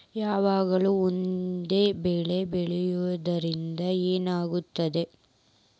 ಯಾವಾಗ್ಲೂ ಒಂದೇ ಬೆಳಿ ಬೆಳೆಯುವುದರಿಂದ ಏನ್ ಆಗ್ತದ?